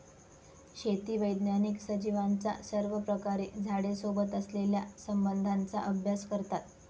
शेती वैज्ञानिक सजीवांचा सर्वप्रकारे झाडे सोबत असलेल्या संबंधाचा अभ्यास करतात